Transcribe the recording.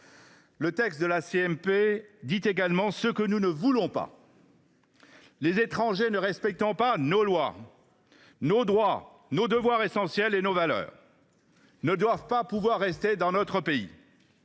mixte paritaire dit également ce que nous ne voulons pas : les étrangers ne respectant pas nos lois, nos droits, nos devoirs essentiels et nos valeurs ne doivent pas pouvoir rester dans notre pays.